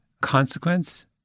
consequence